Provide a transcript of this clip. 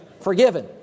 forgiven